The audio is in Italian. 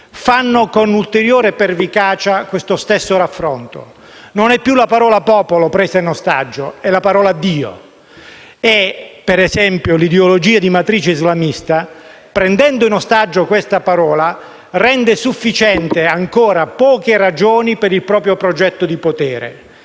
fanno, con maggiore pervicacia, questo stesso raffronto: non è più la parola «popolo» ad essere presa in ostaggio, ma la parola «Dio». L'ideologia di matrice islamista, ad esempio, prendendo in ostaggio questa parola, rende sufficiente ancora poche ragioni per il proprio progetto di potere.